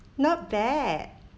not bad